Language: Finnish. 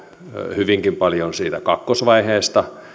hyvinkin paljon siitä kakkosvaiheesta